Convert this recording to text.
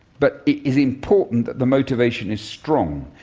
but it is important that the motivation is strong,